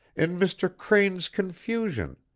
in mr. crane's confusion,